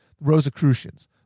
Rosicrucians